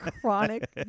chronic